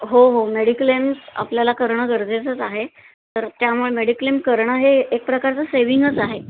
हो हो मेडिकलेम आपल्याला करणं गरजेचंच आहे तर त्यामुळे मेडिक्लेम करणं हे एक प्रकारचं सेविंगच आहे